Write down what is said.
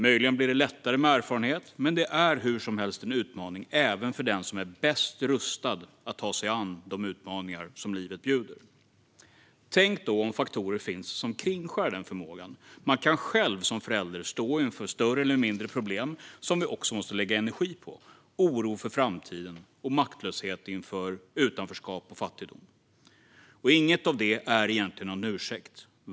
Möjligen blir det lättare med erfarenhet, men det är hur som helst en utmaning även för den som är bäst rustad att ta sig an de utmaningar som livet bjuder. Tänk då om det finns faktorer som kringskär den förmågan! Man kan själv som förälder stå inför större eller mindre problem som vi också måste lägga energi på: oro för framtiden och maktlöshet inför utanförskap och fattigdom. Men inget av detta är egentligen någon ursäkt.